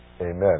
Amen